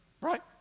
Right